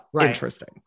interesting